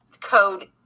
code